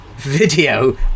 video